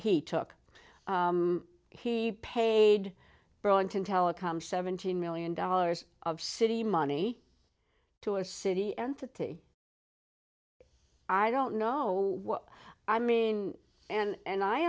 he took he paid burlington telecom seventeen million dollars of city money to a city entity i don't know what i mean and